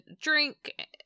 drink